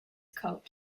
coat